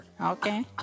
okay